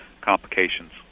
complications